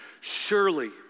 Surely